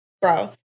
Bro